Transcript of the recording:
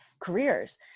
careers